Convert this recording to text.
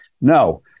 No